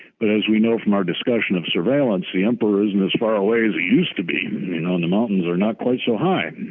but as we know from our discussion of surveillance, the emperor isn't as far away as it used to be you know and the mountains are not quite so high.